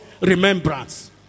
Remembrance